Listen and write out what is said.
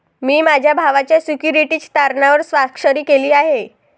मी माझ्या भावाच्या सिक्युरिटीज तारणावर स्वाक्षरी केली आहे